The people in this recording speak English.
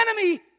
enemy